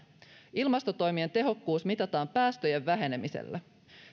ilmastotoimien tehokkuus mitataan päästöjen vähenemisellä